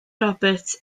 robert